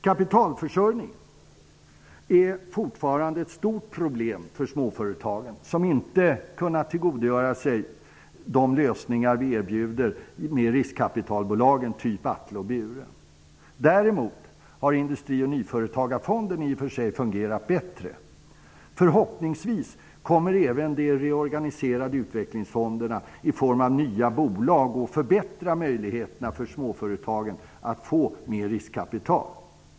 Kapitalförsörjningen är fortfarande ett stort problem för småföretagen, som inte har kunnat tillgodogöra sig de lösningar som vi erbjuder med riskkapitalbolag, typ Atle och Bure. Däremot har Industri och nyföretagarfonden i och för sig fungerat bättre. Förhoppningsvis kommer även de reorganiserade utvecklingsfonderna i form av bolag att förbättra möjligheterna för småföretagen att få mer riskkapital.